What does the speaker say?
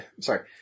Sorry